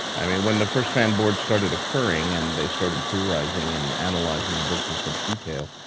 i mean, when the first fan boards started occurring and they started theorizing and analyzing books in such detail,